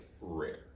rare